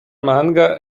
manga